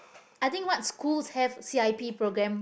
I think what's cool to have C_I_P program